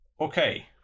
Okay